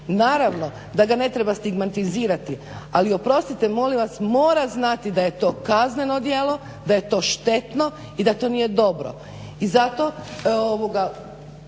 naravno da ga ne treba stigmatizirati, ali oprostite molim vas, mora znati da je to kazneno djelo, da je to štetno i da to nije dobro i zato poradite